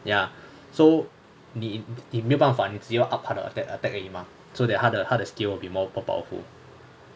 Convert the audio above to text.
ya so 你你没有办法你只有 up 他的 attack 而已 mah so 他的他的他的 skill will be more powerful